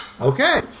Okay